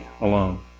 alone